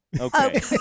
okay